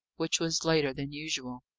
which was later than usual.